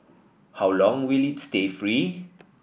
how long will it stay free